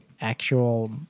actual